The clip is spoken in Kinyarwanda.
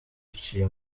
biciye